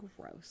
Gross